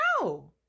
No